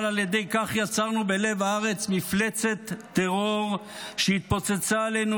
אבל על ידי כך יצרנו בלב הארץ מפלצת טרור שהתפוצצה עלינו,